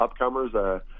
upcomers